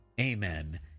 amen